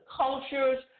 cultures